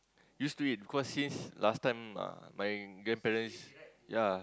used to it cause since last time uh my grandparents ya